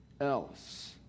else